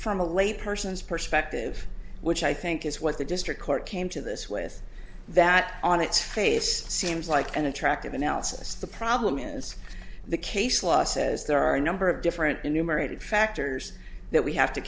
from a lay person's perspective which i think is what the district court came to this with that on its face seems like an attractive analysis the problem is the case law says there are a number of different enumerated factors that we have to